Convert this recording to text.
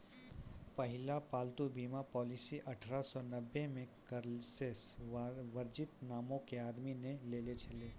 पहिला पालतू बीमा पॉलिसी अठारह सौ नब्बे मे कलेस वर्जिन नामो के आदमी ने लेने छलै